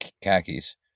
khakis